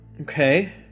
Okay